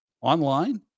online